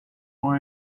why